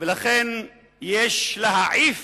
ולכן יש להעיף